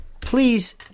Please